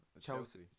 Chelsea